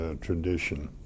tradition